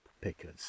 pickers